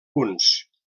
punts